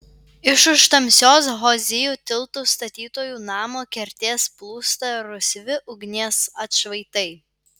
iš už tamsios hozijų tiltų statytojų namo kertės plūsta rausvi ugnies atšvaitai